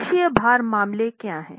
अक्षीय भार मामले क्या हैं